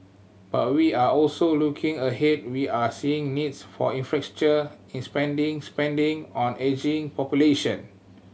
but we are also looking ahead we are seeing needs for in spending spending on ageing population